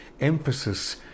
emphasis